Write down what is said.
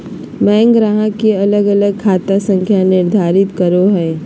bank ग्राहक के अलग अलग खाता संख्या निर्धारित करो हइ